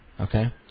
Okay